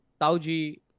tauji